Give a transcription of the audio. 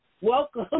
welcome